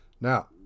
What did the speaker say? Now